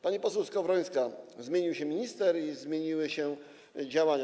Pani poseł Skowrońska: zmienił się minister i zmieniły się działania.